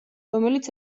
რომელიც